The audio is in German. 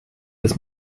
des